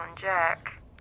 Jack